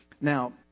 now